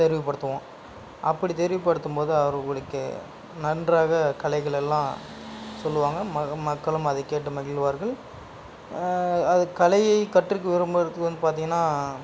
தெரியப்படுத்துவோம் அப்படி தெரியப்படுத்தும் போது அவர்களுக்கு நன்றாக கலைகள் எல்லாம் சொல்லுவாங்க மக்களும் அதைக் கேட்டு மகிழ்வார்கள் அது கலையை கற்றுக்க விரும்புகிறதுக்கு வந்து பார்த்தீங்கன்னா